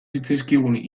zitzaizkigun